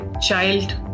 child